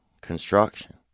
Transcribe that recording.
Construction